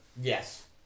Yes